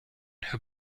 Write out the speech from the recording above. who